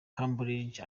cambridge